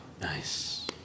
Nice